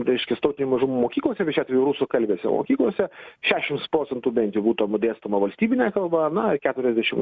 reiškias tautinių mažumų mokyklose bet šiuo atveju rasakalbėse mokyklose šešiasdešimts procentų bent jau būtų abu dėstoma valstybine kalba na ir keturiasdešimt